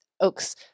oaks